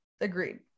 agreed